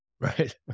Right